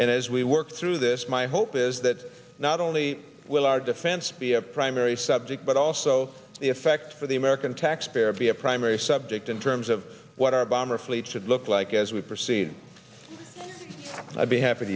and as we work through this my hope is that not only will our defense be a primary subject but also the effect for the american taxpayer be a primary subject in terms of what our bomber fleet should look like as we proceed i'll be happy